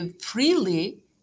freely